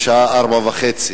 גזענות.